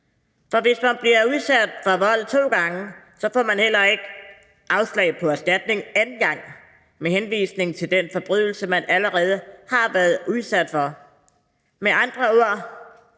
For hvis man bliver udsat for vold to gange, får man heller ikke afslag på erstatning anden gang med henvisning til den forbrydelse, man allerede har været udsat for. Med andre ord: